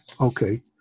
okay